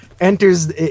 enters –